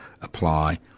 apply